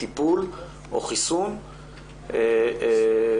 הטיפול או חיסון שהילד יקבל,